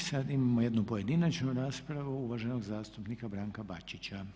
I sad imamo jednu pojedinačnu raspravu uvaženog zastupnika Branka Bačića.